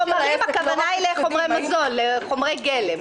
ב"חומרים" הכוונה לחומרי מזון, לחומרי גלם.